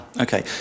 Okay